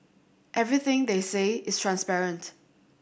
everything they say is transparent